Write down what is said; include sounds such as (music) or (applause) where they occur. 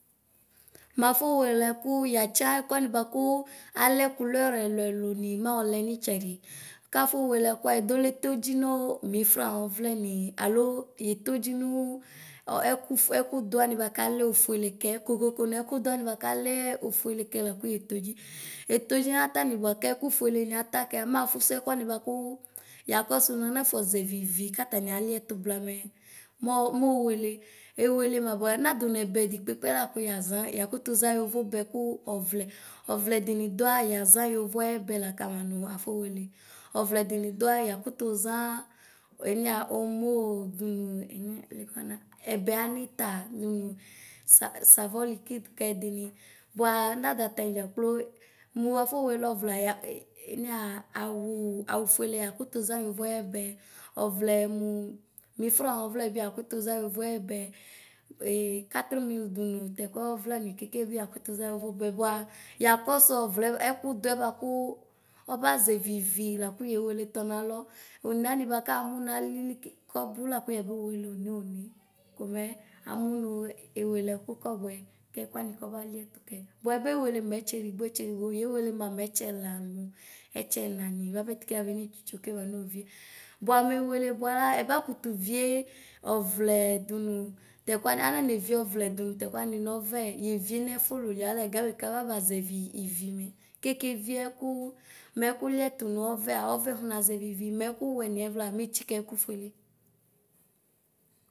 Mʋ afɔ wele ɛkʋ yatsa ɛwʋ wani bvakʋ alɛ kʋlʋɛ ɛlu ɛlun mayɔlɛ nitsɛdi kafɔ wele ɛlwɛ edole todzi nʋ mil fra ayɔ wɛni yetodzi nʋ ɛkʋfʋe ɛkʋdʋ wani hʋ alɛ ofʋele kɛ kokoko nɛkʋ dʋ wʋ kalɛ oƒʋele kɛ lakʋ yetodʒi etʋdzi matani bʋa kekʋ fʋe ni ata kɛ mafʋ sʋ ɛkʋwani kʋ yakɔsʋ nʋ ɔnaƒɔ ʒevi wi katani aliɛtʋ blamɛ mɔ niowele ewele ma bʋa nadʋnɛbɛ dikpeke layaʒa yakʋtʋʒa yʋvo bɛ kʋ ɔvlɛ ɔvlɛ dini dʋa yaza voyo ayɛbɛ laka kama nʋ aƒɔ wele ɔwɛdini dʋa yakʋza enʋya omo dʋnʋ leke ʋyɔna ɛbɛ anita nʋ savɔ likid kɛdini bʋa nadʋ atani dzakplo mʋ aƒɔ wele ɔʋlɛ e enuya awʋ awʋfʋelea yakʋtʋ ʒa voyo ayɛ ɛbɛ ɔvlɛ mʋ nul fra ayɔvlɛ bi yakʋtʋ ʒa yovo ayɛbɛ ayɔvlɛ katr mil dʋ (hesitation) tɛkuɛ ɔvlɛ ni keke gakʋtʋza yovo ayɛbɛ bʋa yakɔsʋ ɛʋlɛ ɛkʋɛ ɛkʋdʋɛ bʋakʋ ɔbaʒɛ ivi lako yewele tɔnalɔ one komɛ amʋ ewele ɛkʋ kɔbʋɛ kekʋ wani kɔba liɛtʋ kɛ bʋa ɛbewele ma ɛtsɛdigbo etsedigbo yewele ma mɛtsɛla ɛtsɛnani bʋapɛ kɛbane tsitso kɛbanovie bʋa mʋ ewele bʋala ɛbakutu vie ɔʋlɛ dʋnʋ tɛkʋani ni anenevie ɔvlɛ dʋnʋ yɛkʋɛ wani nɔvɛ yevie nɛƒʋ luluia gamɛ kaƒama ʒɛvi ivi mɛ kekevie ɛkʋliɛtʋ nɔvɛa ɔvɛ akɔnaʒɛvi wi mɛkʋ wɛni ɛvla metsika ɛkʋ ƒʋele.